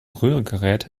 rührgerät